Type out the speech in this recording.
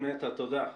תודה.